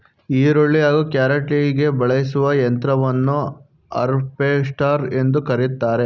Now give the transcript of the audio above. ಹುರುಳಿ ಹಾಗೂ ಕ್ಯಾರೆಟ್ಕುಯ್ಲಿಗೆ ಬಳಸೋ ಯಂತ್ರವನ್ನು ಹಾರ್ವೆಸ್ಟರ್ ಎಂದು ಕರಿತಾರೆ